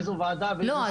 איזו וועדה ואני חייב -- לא,